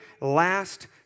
last